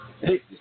Hey